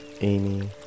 Amy